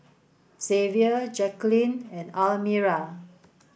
Xavier Jaqueline and Almira